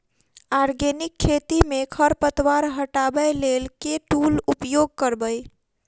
Organic खेती मे खरपतवार हटाबै लेल केँ टूल उपयोग करबै?